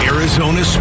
Arizona